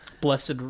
Blessed